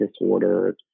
disorders